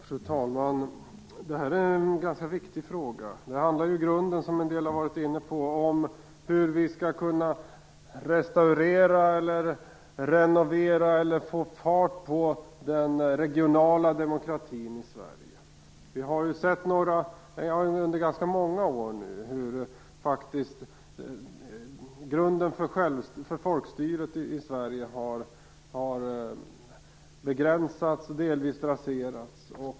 Fru talman! Det här är en ganska viktig fråga. Det handlar ju i grunden, som en del har varit inne på, om hur vi skall kunna restaurera, renovera, få fart på den regionala demokratin i Sverige. Vi har under ganska många år sett hur grunden för folkstyret i Sverige begränsats och delvis raserats.